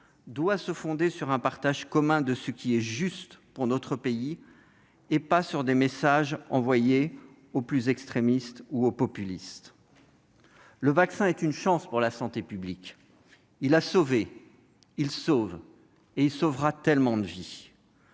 doit se fonder sur un partage commun de ce qui est juste pour notre pays, et non sur des messages envoyés aux plus extrémistes et aux populistes. Le vaccin est une chance pour la santé publique. Il a sauvé, il sauve et il sauvera tant de vies.